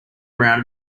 around